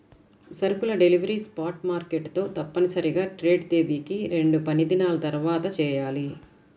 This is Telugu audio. సరుకుల డెలివరీ స్పాట్ మార్కెట్ తో తప్పనిసరిగా ట్రేడ్ తేదీకి రెండుపనిదినాల తర్వాతచెయ్యాలి